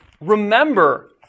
Remember